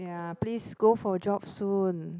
ya please go for job soon